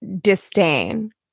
disdain